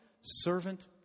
servant